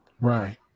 Right